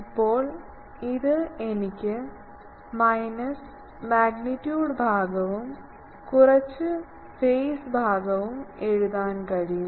ഇപ്പോൾ ഇത് എനിക്ക് മൈനസ് മാഗ്നിറ്റ്യൂഡ് ഭാഗമായും കുറച്ച് ഫെയ്സ് ഭാഗമായും എഴുതാൻ കഴിയും